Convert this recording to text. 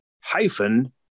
hyphen